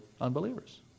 unbelievers